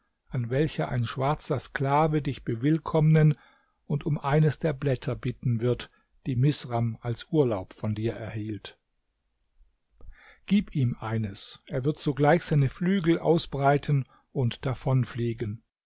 an welcher ein schwarzer sklave dich bewillkommnen und um eines der blätter bitten wird die misram als urlaub von dir erhielt gib ihm eines er wird sogleich seine flügel ausbreiten und